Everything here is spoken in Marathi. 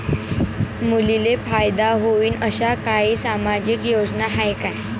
मुलींले फायदा होईन अशा काही सामाजिक योजना हाय का?